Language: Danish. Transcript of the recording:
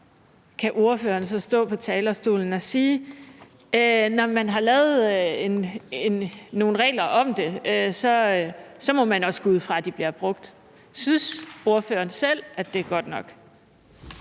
kan ordføreren så stå på talerstolen og sige, at når der er lavet nogle regler om det, må man også gå ud fra, at de bliver brugt? Synes ordføreren selv, at det er godt nok?